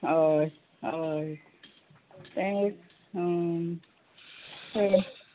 हय हय तें पळय